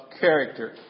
character